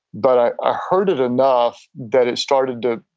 but i ah heard it enough that it started to